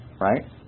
right